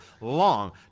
long